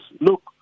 Look